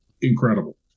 incredible